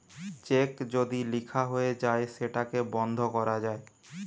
check যদি লিখা হয়ে যায় সেটাকে বন্ধ করা যায়